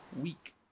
week